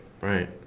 Right